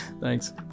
Thanks